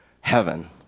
heaven